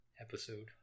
episode